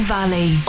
Valley